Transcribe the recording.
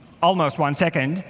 almost one second,